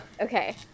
Okay